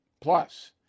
Plus